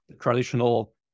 traditional